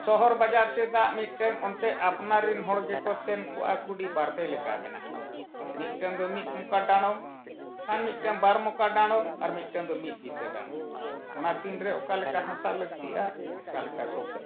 ᱥᱚᱦᱚᱨ ᱵᱟᱡᱟᱨ ᱥᱮ ᱫᱟᱜ ᱢᱤᱫᱴᱟᱝ ᱚᱱᱛᱮ ᱟᱯᱱᱟᱨ ᱨᱮᱱ ᱦᱚᱲ ᱜᱮᱠᱚ ᱥᱮᱱ ᱠᱚᱜᱼᱟ ᱠᱩᱰᱤ ᱵᱟᱨᱯᱮ ᱞᱮᱠᱟ ᱢᱮᱱᱟᱜᱼᱟ ᱢᱤᱫᱴᱟᱝ ᱫᱚ ᱢᱤᱫ ᱢᱚᱠᱟ ᱰᱟᱬᱚᱢ ᱠᱷᱟᱱ ᱢᱤᱫᱴᱟᱝ ᱵᱟᱨ ᱢᱚᱠᱟ ᱰᱟᱬᱚᱢ ᱟᱨ ᱢᱤᱫᱴᱟᱝ ᱫᱚ ᱢᱤᱫ ᱵᱤᱛᱟᱹ ᱰᱟᱬᱚᱢ ᱚᱱᱟ ᱛᱤᱱᱨᱮ ᱚᱠᱟ ᱞᱮᱠᱟ ᱦᱟᱥᱟ ᱞᱟᱹᱠᱛᱤᱜᱼᱟ ᱚᱱᱠᱟ ᱞᱮᱠᱟ ᱠᱚ ᱠᱟᱹᱢᱤᱭᱟ